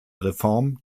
reform